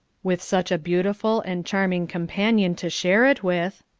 with such a beautiful and charming companion to share it with,